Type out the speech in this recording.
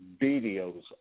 videos